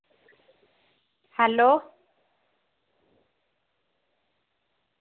hello